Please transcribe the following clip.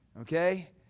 Okay